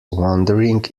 wondering